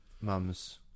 mum's